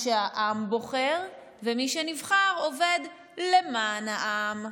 מה שהעם בוחר ומי שנבחר עובד למען העם.